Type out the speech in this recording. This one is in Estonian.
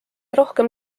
rohkem